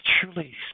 truly